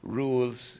rules